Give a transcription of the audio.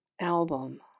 album